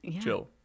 chill